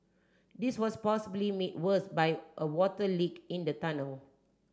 this was possibly made worse by a water leak in the tunnel